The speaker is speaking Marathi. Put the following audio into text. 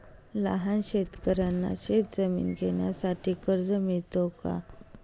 लहान शेतकऱ्यांना शेतजमीन घेण्यासाठी कर्ज मिळतो का?